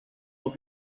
will